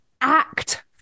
act